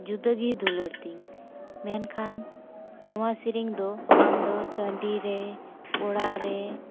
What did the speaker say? ᱡᱩᱫᱟᱜᱮ ᱫᱩᱞᱟᱹᱲ ᱛᱤᱧ ᱢᱮᱱᱠᱷᱟᱱ ᱱᱚᱶᱟ ᱥᱮᱨᱮᱧ ᱫᱚ ᱟᱢᱫᱚ ᱴᱟᱸᱰᱤᱨᱮ ᱚᱲᱟᱜ ᱨᱮ